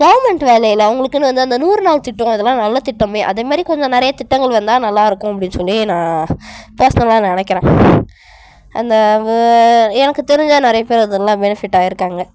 government வேலையில் அவங்களுக்குனு வந்து அந்த நூறு நாள் திட்டம் இதுலாம் நல்ல திட்டம் அதே மாதிரி கொஞ்சம் நிறையா திட்டங்கள் வந்தால் நல்லாயிருக்கும் அப்டின்னு சொல்லி நான் பர்ஸ்னலாக நினைக்கிறேன் அந்த எனக்கு தெரிஞ்ச நிறைய பேர் அதல்லா பெனிஃபிட் ஆகிருக்காங்க